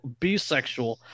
bisexual